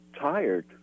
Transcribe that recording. tired